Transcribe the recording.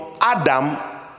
Adam